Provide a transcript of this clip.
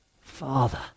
father